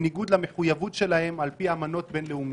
בניגוד למחויבות שלהם על פי אמנות בין-לאומיות.